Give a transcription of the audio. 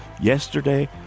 Yesterday